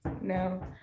no